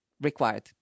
required